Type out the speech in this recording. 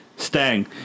Stang